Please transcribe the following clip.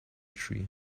tree